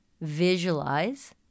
visualize